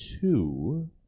two